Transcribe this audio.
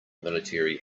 military